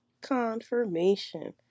Confirmation